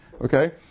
okay